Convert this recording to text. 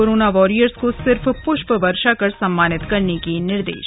corona warriors को सिर्फ पुष्प वर्षा कर सम्मानित करने के निर्दे श